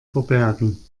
verbergen